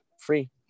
Free